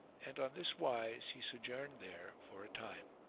and on this wise he sojourned there for a time.